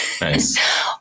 Nice